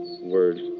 word